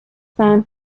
san